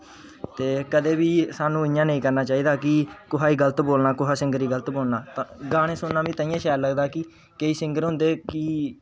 ते कंदे बी सानू इयां नेई करना चाहिदा कि कुसे गी गल्त बोलना कुसे सिंगर गी गल्त बोलना तेां गाने सुनना मिगी ताइयैं शैल लगदा कि केंई सिंगर होंदे कि